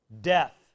Death